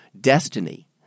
destiny